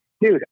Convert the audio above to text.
Dude